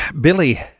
Billy